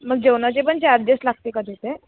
मग जेवणाचे पण चार्जेस लागते का तिथे